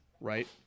right